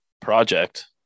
project